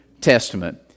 Testament